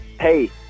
Hey